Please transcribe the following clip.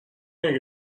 اگه